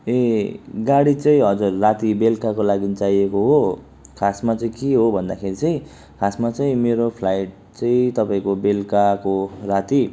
ए गाडी चाहिँ हजुर राति बेलुकाको लागि चाहिएको हो खासमा चाहिँ के हो भन्दाखेरि चाहिँ खासमा चाहिँ मेरो फ्लाइट चाहिँ तपाईँको बेलुकाको राति